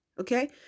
okay